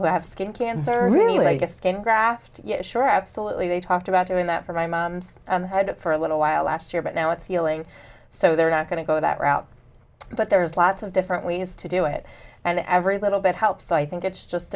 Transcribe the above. who have skin cancer really get skin graft yeah sure absolutely they talked about doing that for my mom's for a little while last year but now it's feeling so they're not going to go that route but there's lots of different ways to do it and every little bit helps i think it's just